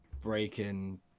breaking